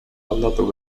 aldatu